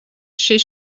šis